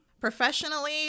Professionally